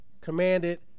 commanded